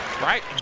right